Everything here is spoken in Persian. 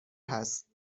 هست